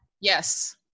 Yes